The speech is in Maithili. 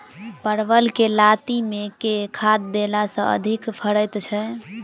परवल केँ लाती मे केँ खाद्य देला सँ अधिक फरैत छै?